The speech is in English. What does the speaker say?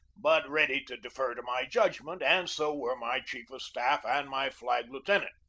but ready to defer to my judgment, and so were my chief of staff and my flag-lieutenant.